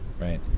right